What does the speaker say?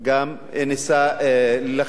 גם ניסה להכניס